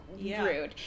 rude